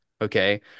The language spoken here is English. Okay